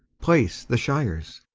place the shires.